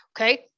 Okay